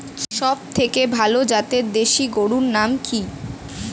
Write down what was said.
সবথেকে ভালো জাতের দেশি গরুর নাম কি?